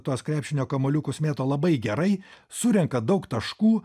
tuos krepšinio kamuoliukus mėto labai gerai surenka daug taškų